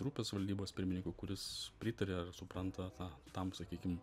grupės valdybos pirmininku kuris pritaria ir supranta tą tam sakykim